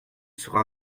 sera